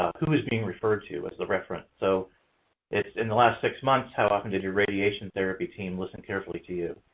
who is being referred to as the referent. so it's, in the last six months, how often did your radiation therapy team listen carefully to you?